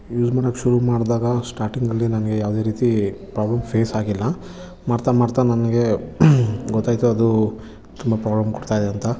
use ಮಾಡಕ್ಕೆ ಶುರು ಮಾಡಿದಾಗ ಸ್ಟಾರ್ಟಿಂಗಲ್ಲಿ ನನಗೆ ಯಾವುದೇ ರೀತಿ ಪ್ರಾಬ್ಲಮ್ ಫೇಸ್ ಆಗಿಲ್ಲ ಮಾಡ್ತಾ ಮಾಡ್ತಾ ನನಗೆ ಗೊತ್ತಾಯ್ತು ಅದು ತುಂಬ ಪ್ರಾಬ್ಲಮ್ ಕೊಡ್ತಾಯಿದೆ ಅಂತ